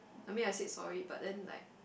I mean I said sorry but then like